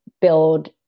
build